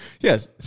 Yes